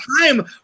time